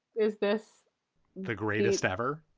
is this the greatest ever?